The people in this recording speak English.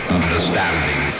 understanding